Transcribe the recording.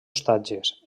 ostatges